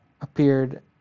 appeared